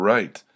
Right